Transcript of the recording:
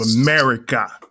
America